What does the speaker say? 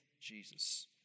Jesus